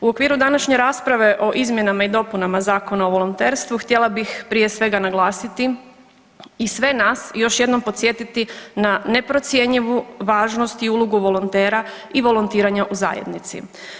U okviru današnje rasprave o izmjenama i dopunama Zakona o volonterstvu htjela bih prije svega naglasiti i sve nas još jednom podsjetiti na neprocjenjivu važnost i ulogu volontera i volontiranja u zajednici.